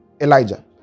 Elijah